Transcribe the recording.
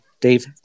Dave